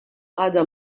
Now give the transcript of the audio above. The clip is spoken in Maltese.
għadha